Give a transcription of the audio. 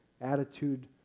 attitude